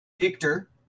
Victor